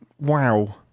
Wow